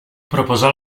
proposar